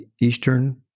Eastern